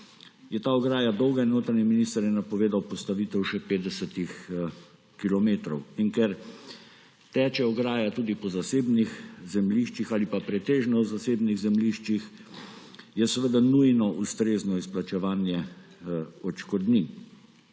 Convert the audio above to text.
je ta ograja dolga in notranji minister je napovedal postavitev še 50 kilometrov. In ker teče ograja tudi po zasebnih zemljiščih ali pa pretežno po zasebnih zemljiščih, je seveda nujno ustrezno izplačevanje odškodnin.